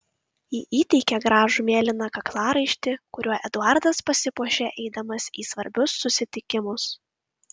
ji įteikė gražų mėlyną kaklaraištį kuriuo eduardas pasipuošia eidamas į svarbius susitikimus